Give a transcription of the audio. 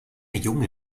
junge